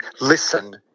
listen